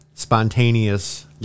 Spontaneous